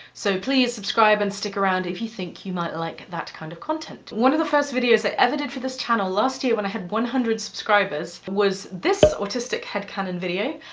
so please subscribe and stick around if you think you might like that kind of content. one of the first videos i ever did for this channel last year when i had one hundred subscribers, was this autistic headcanon video.